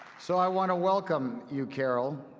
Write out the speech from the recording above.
so i want to welcome you, carol,